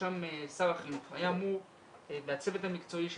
בראשה שר החינוך והצוות המקצועי שלו,